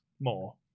more